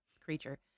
creature